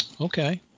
okay